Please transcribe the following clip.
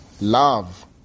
love